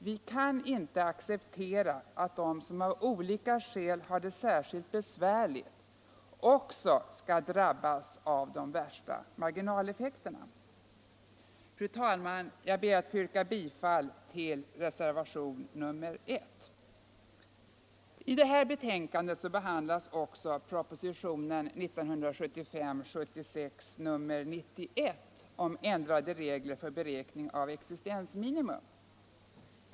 Vi kan inte acceptera att de som av olika skäl har det särskilt besvärligt också skall drabbas av de värsta marginaleffekterna. Fru talman! Jag ber att få yrka bifall till reservationen 1. I detta betänkande behandlas också propositionen 1975/76:91 om ändrade regler för beräkning av existensminimum.